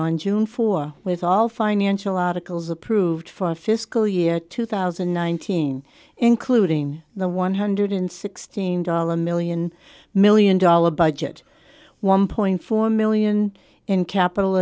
on june four with all financial articles approved for fiscal year two thousand and nineteen including the one hundred sixteen dollars million million dollar budget one point four million in capital